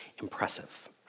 impressive